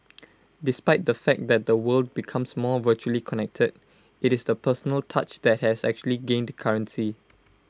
despite the fact that the world becomes more virtually connected IT is the personal touch that has actually gained currency